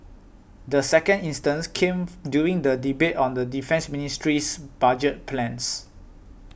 the second instance came during the debate on the Defence Ministry's budget plans